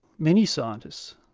many scientists,